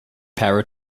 power